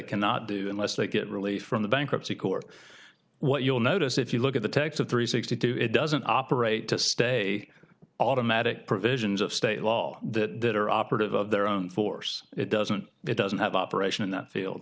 cannot do unless they get relief from the bankruptcy court what you'll notice if you look at the text of three sixty two it doesn't operate to stay automatic provisions of state law that are operative of their own force it doesn't it doesn't have operation in that field